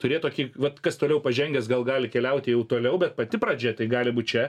turėt tokį vat kas toliau pažengęs gal gali keliauti jau toliau bet pati pradžia tai gali būt čia